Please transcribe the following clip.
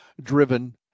driven